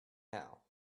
now